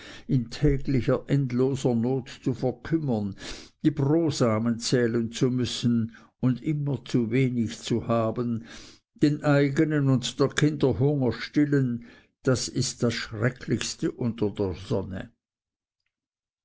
in täglicher endloser not zu verkümmern die brosamen zählen zu müssen und immer zu wenig zu haben den eigenen und der kinder hunger zu stillen das ist das schrecklichste unter der sonne